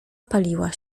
paliła